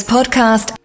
Podcast